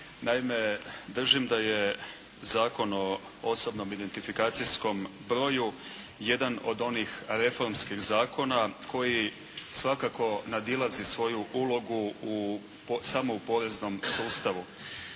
Naime, držim da je Zakon o osobnom identifikacijskom broju jedan od onih reformskih zakona koji svakako nadilazi svoju ulogu samo u poreznom sustavu.